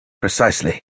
Precisely